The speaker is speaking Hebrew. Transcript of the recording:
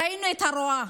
ראינו את הרוע,